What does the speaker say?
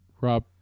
Rob